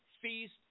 feast